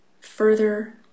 further